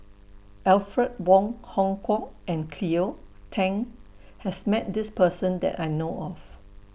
Alfred Wong Hong Kwok and Cleo Thang has Met This Person that I know of